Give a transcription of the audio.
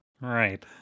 Right